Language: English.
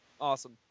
Awesome